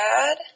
bad